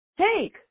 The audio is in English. Take